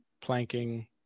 planking